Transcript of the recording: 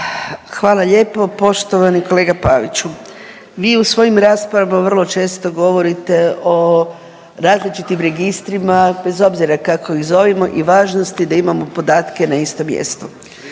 Hvala lijepo. Poštovani kolega Paviću, vi u svojim raspravama vrlo često govorite o različitim registrima bez obzira kako ih zovemo i važnosti da imamo podatke na istom mjestu.